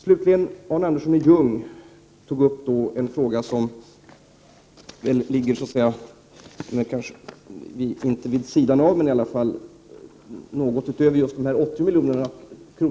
Slutligen vill jag svara på en fråga som Arne Andersson i Ljung ställde och som ligger något utanför frågan om de 80 miljonerna.